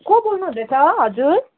को बोल्नु हुँदैछ हजुर